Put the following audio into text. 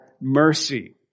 mercy